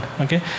okay